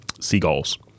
seagulls